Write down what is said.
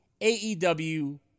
AEW